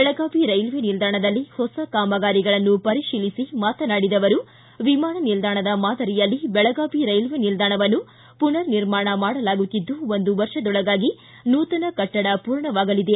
Belagavi railway ನಿಲ್ದಾಣದಲ್ಲಿ ಹೊಸ ಕಾಮಗಾರಿಗಳನ್ನು ಪರಿಶೀಲಿಸಿ ಮಾತಾನಾಡಿದ ಅವರು ವಿಮಾನ ನಿಲ್ದಾಣದ ಮಾದರಿಯಲ್ಲಿ ಬೆಳಗಾವಿ ರೈಲ್ವೆ ನಿಲ್ದಾಣವನ್ನು ಮನರ್ ನಿರ್ಮಾಣ ಮಾಡಲಾಗುತ್ತಿದ್ದು ಒಂದು ವರ್ಷದೊಳಗಾಗಿ ನೂತನ ಕಟ್ಟಡ ಮೂರ್ಣವಾಗಲಿ